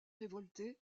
révoltés